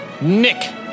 Nick